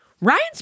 Ryan's